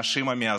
הנשים המייסדות.